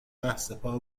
رهسپار